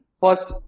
first